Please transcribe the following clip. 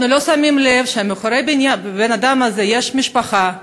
אנחנו לא שמים לב שמאחורי בן-האדם הזה יש משפחה,